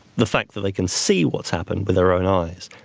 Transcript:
the fact that they can see what's happened with their own eyes,